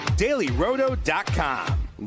dailyroto.com